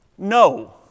No